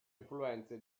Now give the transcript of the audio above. influenze